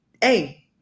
hey